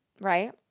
right